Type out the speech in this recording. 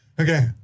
Okay